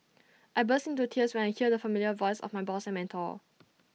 I burst into tears when I heard the familiar voice of my boss and mentor